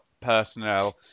personnel